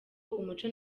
umuco